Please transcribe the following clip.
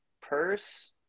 purse